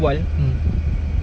mm